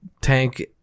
tank